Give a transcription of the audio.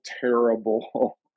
terrible